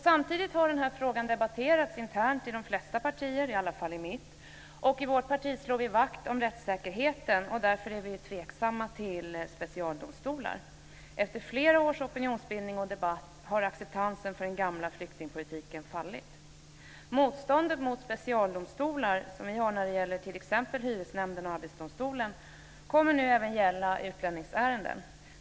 Samtidigt har den här frågan debatterats internt i de flesta partier, i alla fall i mitt. I vårt parti slår vi vakt om rättssäkerheten, och därför är vi tveksamma till specialdomstolar. Efter flera års opinionsbildning och debatt har acceptansen för den gamla flyktingpolitiken fallit. Motståndet mot specialdomstolar som partiet har när det gäller t.ex. hyresnämnder och Arbetsdomstolen kommer nu även att gälla för utlänningsärenden.